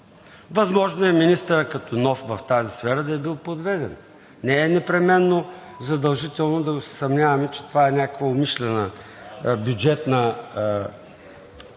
Възможно е министърът като нов в тази сфера да е бил подведен. Не е непременно задължително да се съмняваме, че това е някаква умишлена бюджетна